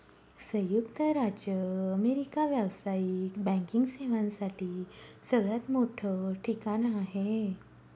संयुक्त राज्य अमेरिका व्यावसायिक बँकिंग सेवांसाठी सगळ्यात मोठं ठिकाण आहे